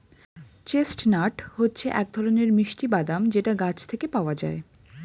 chestnut হচ্ছে এক ধরনের মিষ্টি বাদাম যেটা গাছ থেকে পাওয়া যায়